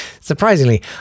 Surprisingly